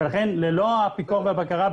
לכן ללא הפיקוח והבקרה,